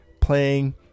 playing